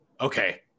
Okay